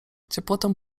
ciepłotą